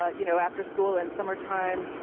ah you know after school, and summer time.